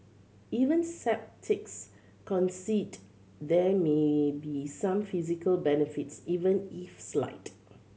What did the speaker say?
even sceptics concede there may be some physical benefits even if slight